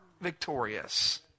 victorious